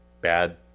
bad